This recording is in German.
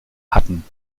hatten